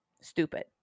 Stupid